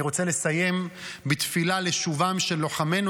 אני רוצה לסיים בתפילה לשובם של לוחמינו